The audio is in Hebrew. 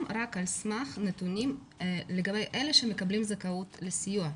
רק על סמך נתונים לגבי אלה שמקבלים זכאות לסיוע.